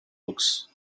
books